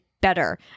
better